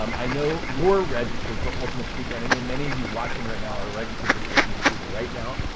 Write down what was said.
um i know you're registered for ultimate speaker and i know many of you watching right now are registered for the ultimate speaker right now.